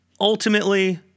ultimately